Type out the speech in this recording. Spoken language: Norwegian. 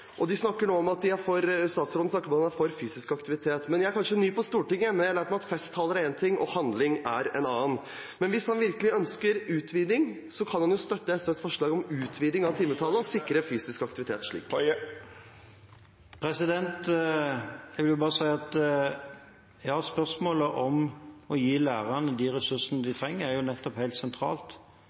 og statsråden snakker nå om at han er for fysisk aktivitet. Jeg er kanskje ny på Stortinget, men jeg har lært meg at festtaler er én ting, og handling er en annen. Hvis han virkelig ønsker utviding, kan han jo støtte SVs forslag om utviding av timetallet og sikre fysisk aktivitet slik. Jeg vil bare si at spørsmålet om å gi lærerne de ressursene de trenger, er helt sentralt.